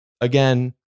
Again